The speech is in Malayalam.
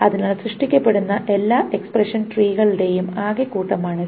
അതിനാൽ സൃഷ്ടിക്കപ്പെടുന്ന എല്ലാ എക്സ്പ്രഷൻ ട്രീകളുടെയും ആകെ കൂട്ടമാണിത്